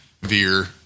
veer